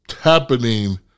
happening